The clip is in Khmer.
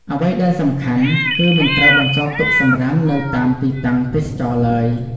អ្វីដែលសំខាន់ គឺមិនត្រូវបន្សល់ទុកសំរាមនៅតាមទីតាំងទេសចរណ៍ឡើយ។